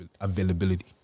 availability